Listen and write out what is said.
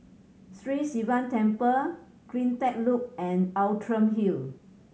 Sri Sivan Temple Cleantech Loop and Outram Hill